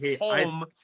home